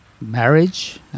marriage